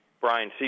Brian